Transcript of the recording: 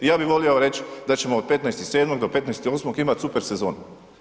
Ja bih volio reći da ćemo od 15.7. do 15.8. imati super sezonu.